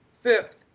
fifth